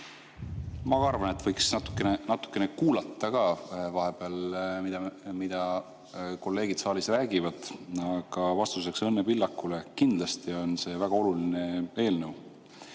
ka arvan, et võiks vahepeal natukene kuulata, mida kolleegid saalis räägivad. Aga vastuseks Õnne Pillakule: kindlasti on see väga oluline eelnõu,